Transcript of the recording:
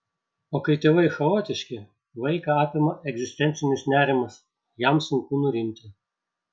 o kai tėvai chaotiški vaiką apima egzistencinis nerimas jam sunku nurimti